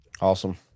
Awesome